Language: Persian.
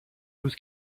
روز